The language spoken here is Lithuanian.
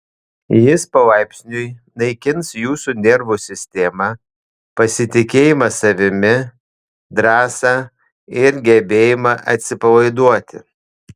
jis palaipsniui naikins jūsų nervų sistemą pasitikėjimą savimi drąsą ir gebėjimą atsipalaiduoti